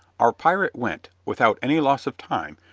our pirate went, without any loss of time,